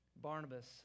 Barnabas